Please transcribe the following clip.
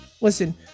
Listen